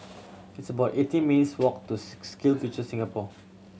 it's about eighteen minutes' walk to SkillsFuture Singapore